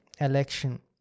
election